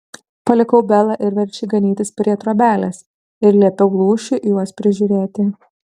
palikau belą ir veršį ganytis prie trobelės ir liepiau lūšiui juos prižiūrėti